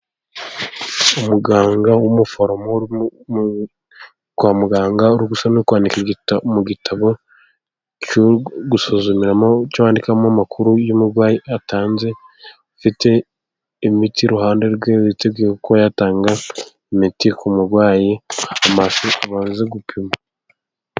Umuganga w'umuforomo kwa muganga urigusa no kwandika igitabo mu gitabo, gusuzumimo cyandikamo amakuru y'umurwayi atanze, ufite imiti iruhande rwe witeguye ko yatanga imiti ku murwayi amabaze gupima.